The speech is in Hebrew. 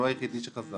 הוא היחידי שחזה אותן.